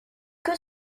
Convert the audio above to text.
que